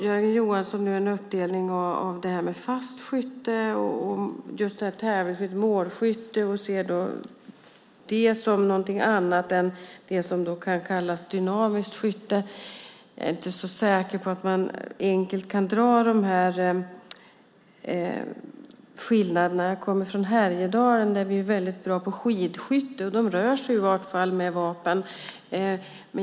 Jörgen Johansson gör en uppdelning och ser fast skytte och målskytte som någonting annat än det som kan kallas dynamiskt skytte. Jag är inte så säker på att man enkelt kan dra dessa skiljelinjer. Jag kommer från Härjedalen, där vi är väldigt bra på skidskytte, där man rör sig med vapen.